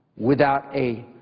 without a,